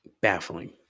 Baffling